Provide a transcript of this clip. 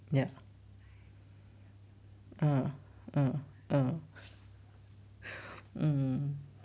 ya uh uh uh mm